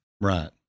Right